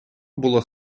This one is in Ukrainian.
було